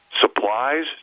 supplies